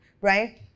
right